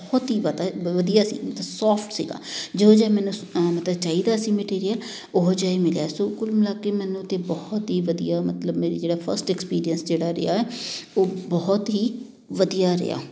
ਬਹੁਤ ਹੀ ਵਧ ਵਧੀਆ ਸੀ ਸੋਫਟ ਸੀਗਾ ਜਿਹੋ ਜਿਹਾ ਮੈਨੂੰ ਮਤਲਬ ਚਾਹੀਦਾ ਸੀ ਮਟੀਰੀਅਲ ਉਹ ਜਿਹਾ ਹੀ ਮਿਲਿਆ ਸੋ ਕੁੱਲ ਮਿਲਾ ਕੇ ਮੈਨੂੰ ਤਾਂ ਬਹੁਤ ਹੀ ਵਧੀਆ ਮਤਲਬ ਮੇਰਾ ਜਿਹੜਾ ਫਸਟ ਐਕਸਪੀਰੀਅੰਸ ਜਿਹੜਾ ਰਿਹਾ ਉਹ ਬਹੁਤ ਹੀ ਵਧੀਆ ਰਿਹਾ